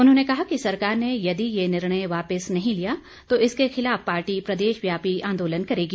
उन्होंने कहा कि सरकार ने यदि ये निर्णय वापस नहीं लिया तो इसके खिलाफ पार्टी प्रदेशव्यापी आंदोलन करेगी